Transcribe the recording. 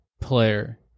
player